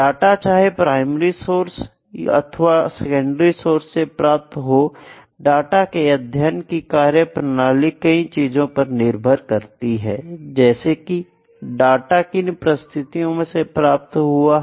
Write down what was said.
data चाहे primary source अथवा secondary source से प्राप्त हुआ हो डाटा के अध्ययन की कार्यप्रणाली कई चीजों पर निर्भर करती है जैसे कि डाटा किन परिस्थितियों से प्राप्त हुआ है